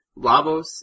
Lavos